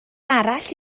arall